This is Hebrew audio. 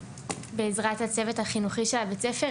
בעזרת הצוות החינוכי של בית הספר,